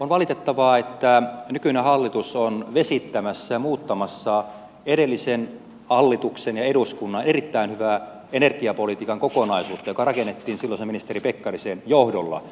on valitettavaa että nykyinen hallitus on vesittämässä ja muuttamassa edellisen hallituksen ja eduskunnan erittäin hyvää energiapolitiikan kokonaisuutta joka rakennettiin silloisen ministeri pekkarisen johdolla